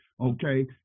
Okay